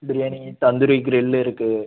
biryani tandoori grill இருக்குது